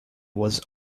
was